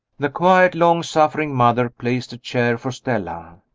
the quiet long-suffering mother placed a chair for stella.